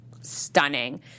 stunning